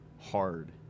hard